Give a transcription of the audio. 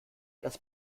das